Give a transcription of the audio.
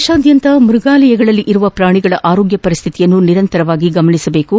ದೇಶಾದ್ಯಂತ ಮೃಗಾಲಯಗಳಲ್ಲಿ ಇರುವ ಪ್ರಾಣಿಗಳ ಆರೋಗ್ಯ ಪರಿಸ್ಟಿತಿಯನ್ನು ನಿರಂತರ ಗಮನಿಸದೇಕು